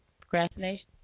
procrastination